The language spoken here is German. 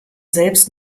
selbst